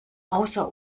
außer